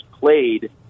played